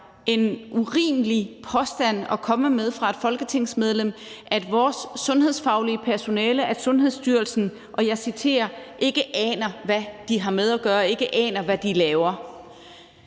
en urimelig påstand at komme med fra et folketingsmedlem, at vores sundhedsfaglige personale, at Sundhedsstyrelsen, og jeg citerer, ikke aner, hvad de har med at gøre, og ikke aner, hvad de laver.